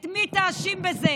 את מי תאשים בזה